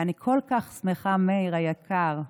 ואני כל כך שמחה, מאיר היקר,